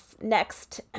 next